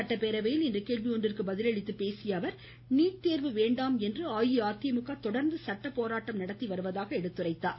சட்டப்பேரவையில் இன்று கேள்வி ஒன்றிற்கு பதில் அளித்து பேசிய அவர் நீட் தேர்வு வேண்டாம் என அஇஅதிமுக தொடர்ந்து சட்ட போராட்டம் நடத்தி வருவதாக குறிப்பிட்டார்